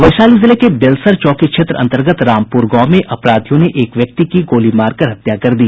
वैशाली जिले के बेलसर चौकी क्षेत्र अंतर्गत रामपुर गांव में अपराधियों ने एक व्यक्ति की गोली मारकर हत्या कर दी